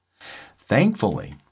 Thankfully